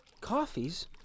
Coffees